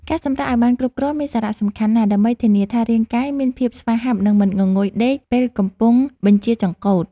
ការសម្រាកឱ្យបានគ្រប់គ្រាន់មានសារៈសំខាន់ណាស់ដើម្បីធានាថារាងកាយមានភាពស្វាហាប់និងមិនងងុយដេកពេលកំពុងបញ្ជាចង្កូត។